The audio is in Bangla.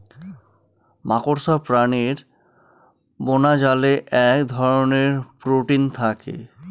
মাকড়সা প্রাণীর বোনাজালে এক ধরনের প্রোটিন থাকে